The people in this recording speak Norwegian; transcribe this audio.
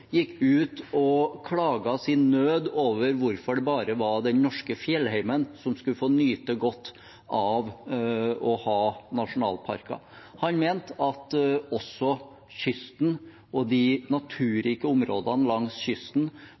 gikk ut og klaget sin nød over hvorfor det bare var den norske fjellheimen som skulle få nyte godt av å ha nasjonalparker. Han mente at også kysten og de naturrike områdene langs kysten